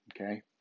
Okay